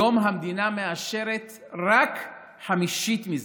היום המדינה מאשרת רק חמישית מזה.